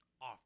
Off